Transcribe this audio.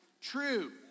true